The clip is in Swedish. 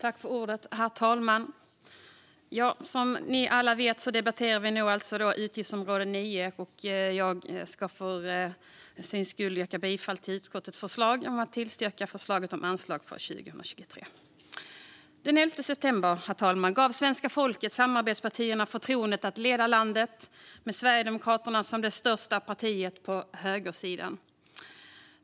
Herr talman! Som ni alla vet debatterar vi nu alltså utgiftsområde 9. Jag yrkar bifall till utskottets förslag. Den 11 september gav svenska folket samarbetspartierna förtroendet att leda landet, med Sverigedemokraterna som det största partiet på högersidan.